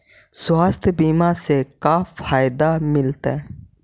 स्वास्थ्य बीमा से का फायदा मिलतै?